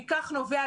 מכך נובע,